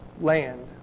land